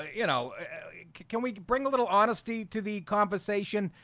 ah you know can we bring a little honesty to the conversation?